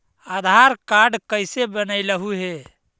आधार card कईसे बनैलहु हे?